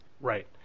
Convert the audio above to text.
Right